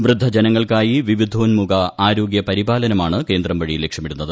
വൃദ്ധജനങ്ങൾക്കായി വിവിധോന്മുഖ ആരോഗ്യ പരിപാലനമാണ് കേന്ദ്രം വഴി ലക്ഷ്യമിടുന്നത്